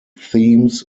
themes